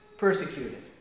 persecuted